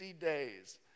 days